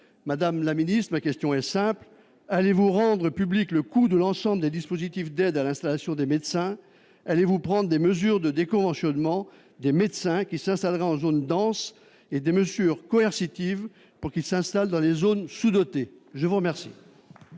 Madame la ministre, ma question est simple : allez-vous rendre public le coût de l'ensemble des dispositifs d'aides à l'installation des médecins ? Allez-vous décider de déconventionner les médecins qui s'installeraient en zones denses et prendre des mesures coercitives à leur encontre pour qu'ils s'installent dans les zones sous-dotées ? La parole